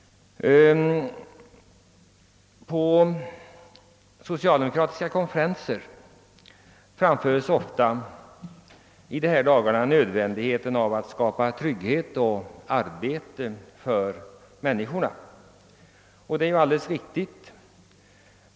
På socialdemokratiska konferenser framhålles ofta nödvändigheten av att skapa trygghet och arbete för människorna. Det är naturlivtvis riktigt.